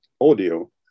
audio